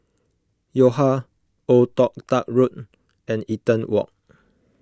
Yo Ha Old Toh Tuck Road and Eaton Walk